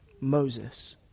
Moses